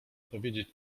powiedzieć